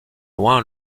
loin